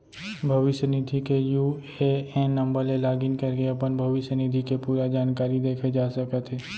भविस्य निधि के यू.ए.एन नंबर ले लॉगिन करके अपन भविस्य निधि के पूरा जानकारी देखे जा सकत हे